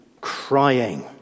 crying